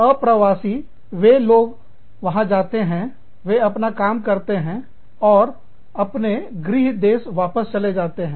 अप्रवासी ये लोग वहां जाते हैं वे अपना काम करते हैं और अपने गृह देश वापस चले जाते हैं